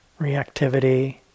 reactivity